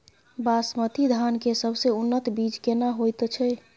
बासमती धान के सबसे उन्नत बीज केना होयत छै?